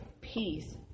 peace